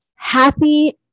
Happy